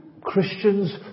Christians